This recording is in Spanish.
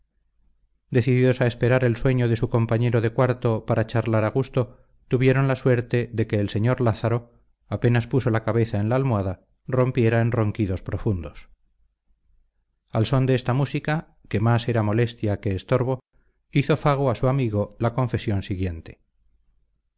decididos a esperar el sueño de su compañero de cuarto para charlar a gusto tuvieron la suerte de que el sr lázaro apenas puso la cabeza en la almohada rompiera en ronquidos profundos al son de esta música que más era molestia que estorbo hizo fago a su amigo la confesión siguiente